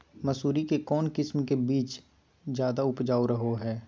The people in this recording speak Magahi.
मसूरी के कौन किस्म के बीच ज्यादा उपजाऊ रहो हय?